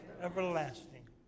everlasting